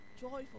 joyful